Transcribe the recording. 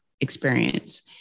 experience